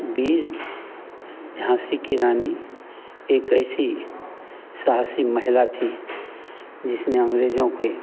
वीर झाँसी की रानी एक ऐसी साहसी महिला थी जिसने अंग्रेज़ों के